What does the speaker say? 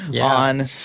on